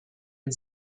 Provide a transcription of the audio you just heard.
and